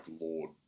Lord